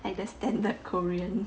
like the standard korean